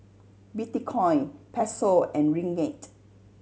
Bitcoin Peso and Ringgit